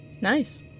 Nice